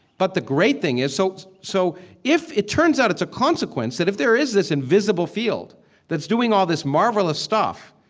but the great thing is, so so if it turns out it's a consequence, that if there is this invisible field that's doing all this marvelous stuff,